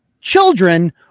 children